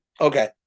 Okay